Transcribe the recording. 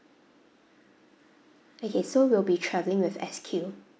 okay so we'll be travelling with S_Q